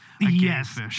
Yes